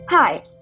Hi